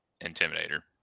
Intimidator